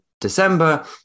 December